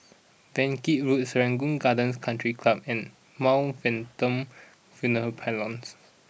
Yan Kit Road Serangoon Gardens Country Club and Mount Venton Funeral Parlours